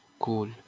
cool